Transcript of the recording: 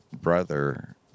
brother